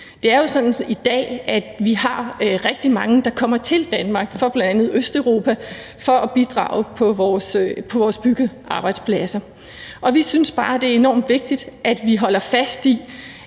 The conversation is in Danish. i dag har mange, der kommer til Danmark fra bl.a. Østeuropa for bl.a. at bidrage på vores byggearbejdspladser, og vi synes bare, at det er enormt vigtigt, at vi holder fast i,